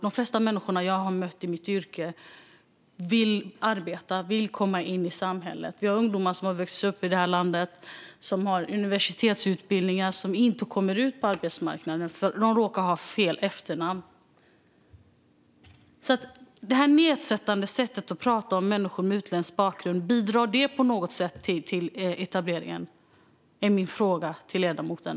De flesta människor som jag har mött i mitt yrke vill arbeta och komma in i samhället. Vi har ungdomar som har vuxit upp i det här landet som har universitetsutbildningar men inte kommer ut på arbetsmarknaden för att de råkar ha fel efternamn. Det nedsättande sättet att tala om människor med utländsk bakgrund, bidrar det på något sätt till etableringen? Det är min fråga till ledamoten.